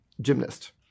gymnast